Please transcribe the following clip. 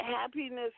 Happiness